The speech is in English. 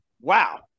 wow